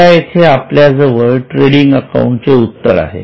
आता येथे आपल्याजवळ ट्रेडिंग अकाउंटचे उत्तर आहे